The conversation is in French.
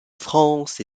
france